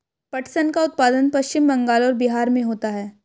पटसन का उत्पादन पश्चिम बंगाल और बिहार में होता है